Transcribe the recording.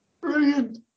Brilliant